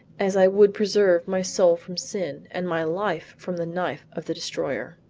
as i would preserve my soul from sin and my life from the knife of the destroyer.